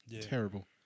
terrible